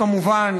כמובן,